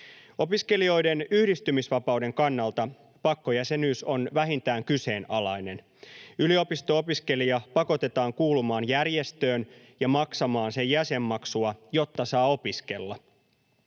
Opiskelijoiden yhdistymisvapauden kannalta pakkojäsenyys on vähintään kyseenalainen. Yliopisto-opiskelija pakotetaan kuulumaan järjestöön ja maksamaan sen jäsenmaksua, jotta saa opiskella.